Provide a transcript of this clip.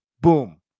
Boom